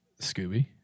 Scooby